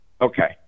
Okay